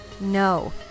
No